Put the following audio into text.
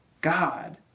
God